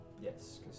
Yes